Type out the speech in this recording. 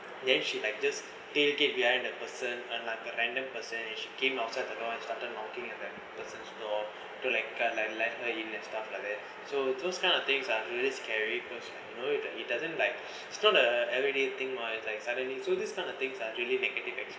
then she like just tailgate behind that person and like a random person she came outside the door and started knocking at the person's door you know to like kind of like let her in and stuff like that so those kind of things are really scary cause like you know if it doesn't like it's not a everyday thing mah it's like suddenly so this kind of things are really make me very